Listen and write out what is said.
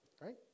Right